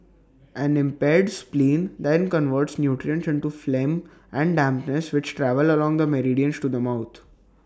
an impaired spleen then converts nutrients into phlegm and dampness which travel along the meridians to the mouth